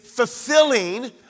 fulfilling